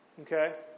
okay